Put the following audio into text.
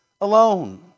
alone